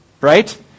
right